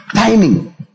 timing